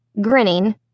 grinning